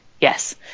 yes